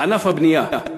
ענף הבנייה,